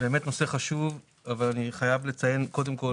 באמת נושא חשוב אבל אני חייב לציין קודם כל